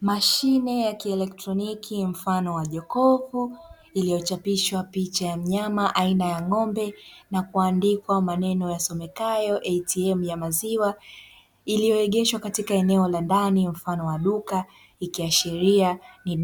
Mashine ya kielektroniki mfano wa jokofu iliyochapishwa picha ya mnyama aina ya ng'ombe na kuandikwa maneno yasomekayo "ATM ya maziwa", iliyogeshwa katika eneo la ndani mfano wa duka ikiashiria ni